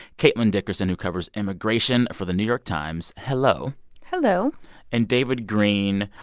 caitlin dickerson, who covers immigration for the new york times, hello hello and david greene,